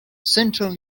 central